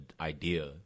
idea